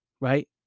right